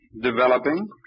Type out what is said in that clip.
developing